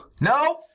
No